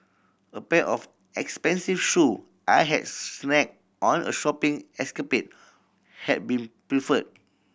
a pair of expensive shoe I had snagged on a shopping escapade had been pilfered